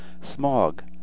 Smog